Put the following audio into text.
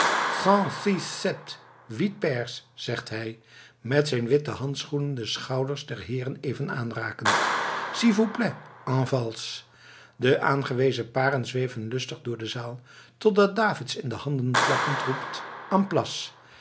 huit paires zegt hij met zijn witte handschoenen de schouders der heeren even aanrakend s'il vous plait en valse de aangewezen paren zweven lustig door de zaal totdat davids in de handen klappend roept